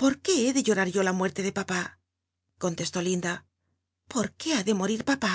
porqué be ele llorar lo la mu rto de papá con lc ió linda porcjuú ha de morir papá